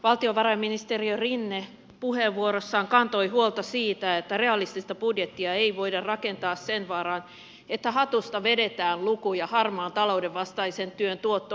valtiovarainministeri rinne puheenvuorossaan kantoi huolta siitä että realistista budjettia ei voida rakentaa sen varaan että hatusta vedetään lukuja harmaan talouden vastaisen työn tuotto odotuksista